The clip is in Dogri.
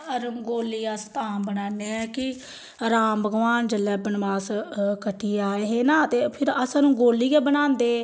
रंगोली अस तां बनान्नें कि राम भगवान जेल्लै बनवास कट्टियै आए हे ना ते फिर अस रंगोली गै बनांदे